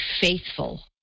faithful